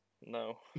No